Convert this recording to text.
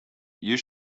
you